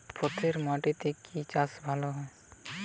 পাথরে মাটিতে কি চাষ করলে ভালো হবে?